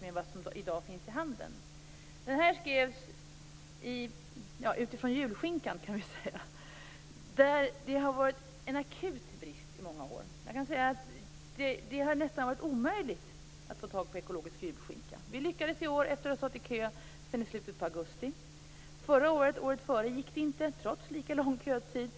med vad som i dag finns i handeln. Interpellationen skrevs med tanke på julskinkan, kan man väl säga. Det har varit en akut brist i många år. Jag kan säga att det nästan har varit omöjligt att få tag på ekologisk julskinka. Vi lyckades den här julen, efter att ha stått i kö sedan slutet av augusti. Åren innan gick det inte, trots lika lång kötid.